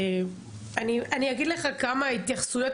אני אגיד לך כמה התייחסויות,